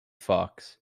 fox